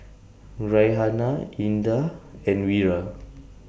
Raihana Indah and Wira